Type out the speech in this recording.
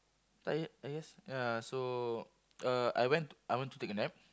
tired I guess ya so uh I went I went to take a nap